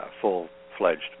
full-fledged